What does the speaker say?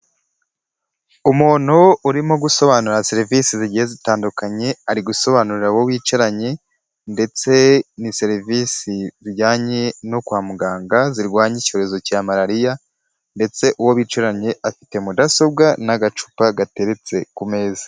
Umuntu urimo gusobanura serivisi zigiye zitandukanye ari gusobanurira uwo bicaranye, ndetse na serivisi zijyanye no kwa muganga zirwanya icyorezo cya malariya ndetse uwo bicaranye afite mudasobwa n'agacupa gateretse ku meza.